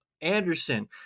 Anderson